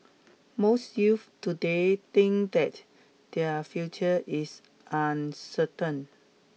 most youths today think that their future is uncertain